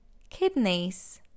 Kidneys